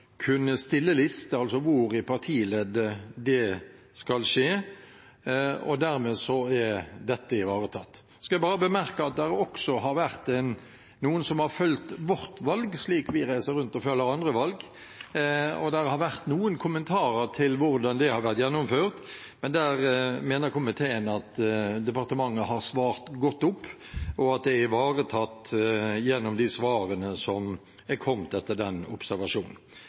kunne stille liste, altså hvor i partileddet det skal skje. Dermed er dette ivaretatt. Jeg skal bare bemerke at det også har vært noen som har fulgt vårt valg, slik vi reiser rundt og følger andre valg, og det har vært noen kommentarer til hvordan det har vært gjennomført, men der mener komiteen at departementet har fulgt godt opp, og at det er ivaretatt gjennom de svarene som er kommet etter den observasjonen.